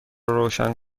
روشن